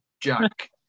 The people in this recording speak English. Jack